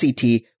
CT